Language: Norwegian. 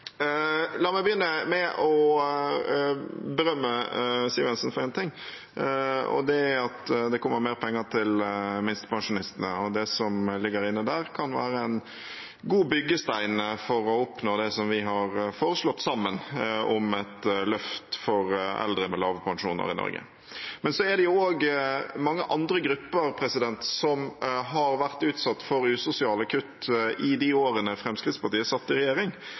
La meg begynne med å berømme Siv Jensen for én ting. Det er at det kommer mer penger til minstepensjonistene, og det som ligger inne der, kan være en god byggestein for å oppnå det vi har foreslått sammen om et løft for eldre med lave pensjoner i Norge. Så er det også mange andre grupper som har vært utsatt for usosiale kutt i de årene Fremskrittspartiet satt i regjering,